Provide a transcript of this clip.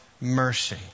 mercy